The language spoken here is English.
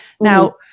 Now